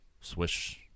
Swish